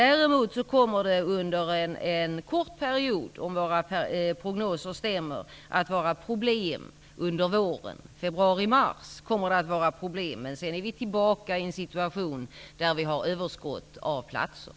Om våra prognoser stämmer kommer det däremot att bli problem under februari och mars. Sedan blir det åter en situation då det är överskott på platser.